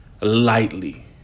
lightly